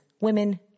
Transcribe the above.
women